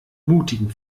mutigen